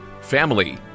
family